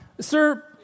sir